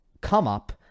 come-up